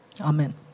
Amen